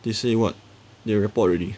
they say what they report already